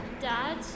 Dad